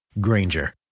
Granger